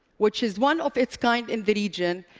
which is one of its kind in the region,